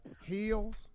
heels